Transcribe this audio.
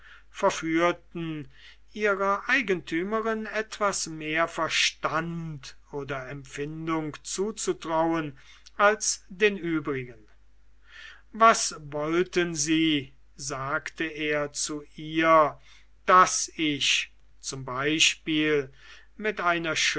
verführten ihrer eigentümerin etwas mehr verstand oder empfindung zuzutrauen als den übrigen was wollten sie sagte er zu ihr daß ich zum exempel mit einer